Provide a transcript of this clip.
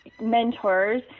mentors